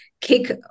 kick